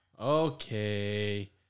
Okay